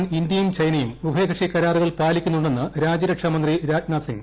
സമാധാനം ഇന്ത്യയും ചൈനയും ഉഭയകക്ഷി കരാറുകൾ പാലിക്കുന്നുണ്ടെന്ന് രാജ്യരക്ഷാമന്ത്രി രാജ്നാഥ് സിംഗ്